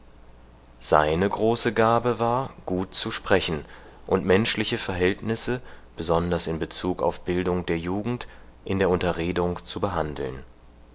seine große gabe war gut zu sprechen und menschliche verhältnisse besonders in bezug auf bildung der jugend in der unterredung zu behandeln